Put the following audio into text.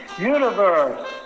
Universe